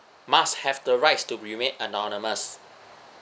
must have the rights to remain anonymous